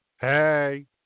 Hey